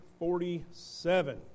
47